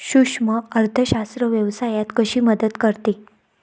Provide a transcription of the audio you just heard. सूक्ष्म अर्थशास्त्र व्यवसायात कशी मदत करते?